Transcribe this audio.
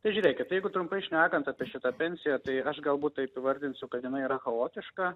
tai žiūrėkit jeigu trumpai šnekant apie šitą pensiją tai aš galbūt taip įvardinsiu kad jinai yra chaotiška